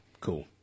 Cool